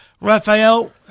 Raphael